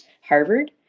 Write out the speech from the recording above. Harvard